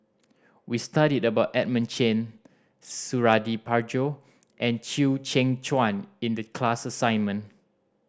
we studied about Edmund Chen Suradi Parjo and Chew Kheng Chuan in the class assignment